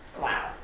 Wow